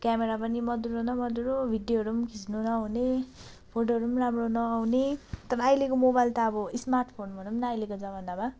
camera पनि मधुरो न मधुरो भिडियोहरू खिच्नु नहुने फोटोहरू राम्रो नआउने एकदम अहिले मोबाइल त अब स्मार्ट फोन भनौँ न अहिलेको जमानामा